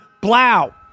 Blow